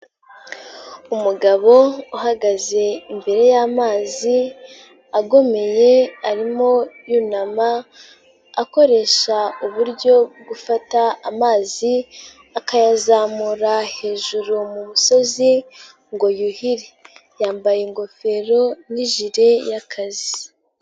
Umugabo uhagaze imbere y'amazi agomeye arimo yunama akoresha uburyo bwo gufata amazi akayazamura hejuru mu musozi ngo yuhire, yambaye ingofero n'ijire y'akazi.